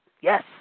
yes